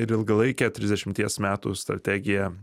ir ilgalaikė trisdešimties metų strategija